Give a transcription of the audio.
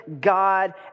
God